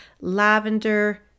lavender